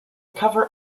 cover